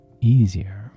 easier